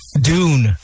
Dune